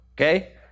okay